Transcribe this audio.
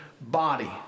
body